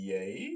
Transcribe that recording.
Yay